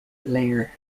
layer